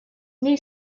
new